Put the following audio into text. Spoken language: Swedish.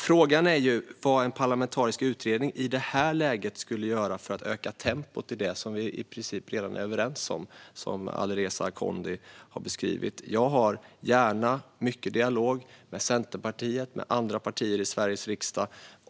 Frågan är vad en parlamentarisk utredning i det här läget skulle göra för att öka tempot i det som vi i princip redan är överens om, som Alireza Akhondi har beskrivit. Jag för gärna mycket dialog med Centerpartiet och andra partier i Sveriges riksdag.